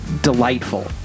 delightful